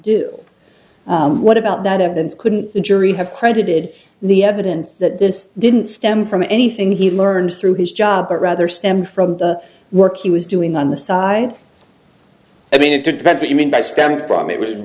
do what about that evidence couldn't the jury have credited the evidence that this didn't stem from anything he learned through his job but rather stemmed from the work he was doing on the side i mean it depends what you mean by stemming from it was